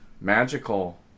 magical